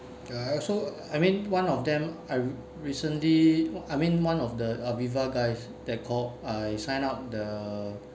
I also I mean one of them I re~ recently I mean one of the Aviva guys that called I sign up the